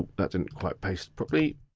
that didn't quite paste properly.